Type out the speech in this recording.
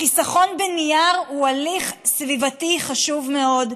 והחיסכון בנייר הוא הליך סביבתי חשוב מאוד.